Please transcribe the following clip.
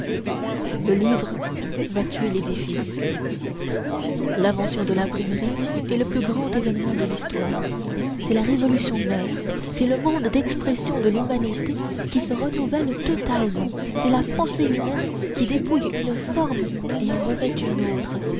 le livre va tuer l'édifice l'invention de l'imprimerie est le plus grand événement de l'histoire c'est la révolution mère c'est le mode d'expression de l'humanité qui se renouvelle totalement c'est la pensée humaine qui dépouille une forme et en revêt une autre